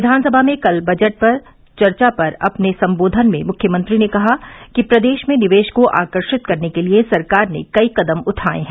विधानसभा में कल बजट पर चर्चा पर अपने संबोधन में मुख्यमंत्री ने कहा कि प्रदेश में निवेश को आकर्षित करने के लिए सरकार ने कई कदम उठाए हैं